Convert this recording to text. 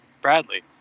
Bradley